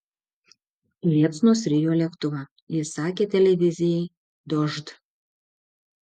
liepsnos rijo lėktuvą ji sakė televizijai dožd